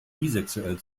bisexuell